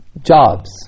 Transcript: jobs